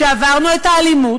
שעברנו את האלימות,